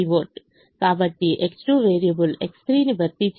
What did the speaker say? కాబట్టి X2 variable X3 ని భర్తీ చేసింది